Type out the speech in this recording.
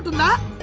not